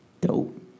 Dope